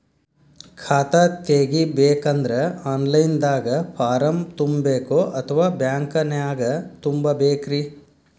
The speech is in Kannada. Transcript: ಖಾತಾ ತೆಗಿಬೇಕಂದ್ರ ಆನ್ ಲೈನ್ ದಾಗ ಫಾರಂ ತುಂಬೇಕೊ ಅಥವಾ ಬ್ಯಾಂಕನ್ಯಾಗ ತುಂಬ ಬೇಕ್ರಿ?